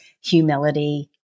humility